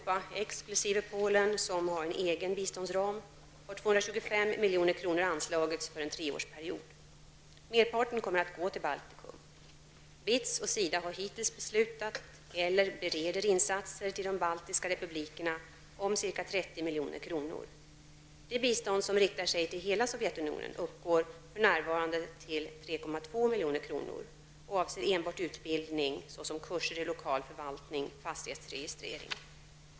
Polen, som har en egen biståndsram) har 225 milj.kr. anslagits för en treårsperiod. Merparten kommer att gå till Baltikum. BITS och SIDA har hittills beslutat eller bereder insatser till de baltiska republikerna om ca 30 milj.kr. Det bistånd som riktar sig till hela Sovjetunionen uppgår för närvarande till 3,2 milj.kr. och avser enbart utbildning, såsom kurser i lokal förvaltning och fastighetsregistrering.